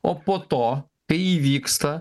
o po to kai įvyksta